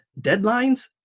Deadlines